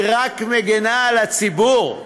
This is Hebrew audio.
היא רק מגינה על הציבור.